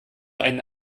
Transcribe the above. einen